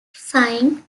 signed